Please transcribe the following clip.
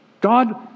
God